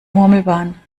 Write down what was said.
murmelbahn